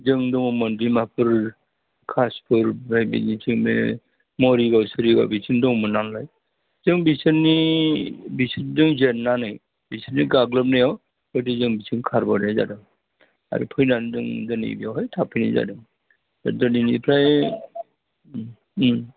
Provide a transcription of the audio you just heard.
जों दङमोन दिमाफुर खासफुर बायदि बिथिं बे मरिगाव सरिगाव बिथिं दंमोन नालाय जों बिसोरजों जेननानै बिसोरनि गाग्लोबनायाव गोदो जों बिथिं खारबोनाय जादों आरो फैनानै जों दिनै बेवहाय थाफैनाय जादों दिनैनिफ्राय